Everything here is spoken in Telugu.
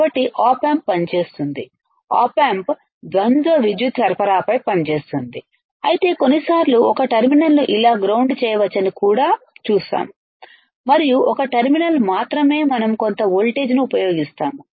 కాబట్టి op amp పనిచేస్తుంది op amp ద్వంద్వ విద్యుత్ సరఫరాపై పనిచేస్తుంది అయితే కొన్నిసార్లు ఒక టెర్మినల్ను ఇలా గ్రౌండ్ చేయవచ్చని కూడా చూస్తాము మరియు ఒక టెర్మినల్ మాత్రమే మనం కొంత వోల్టేజ్ను ఉపయోగిస్తున్నాము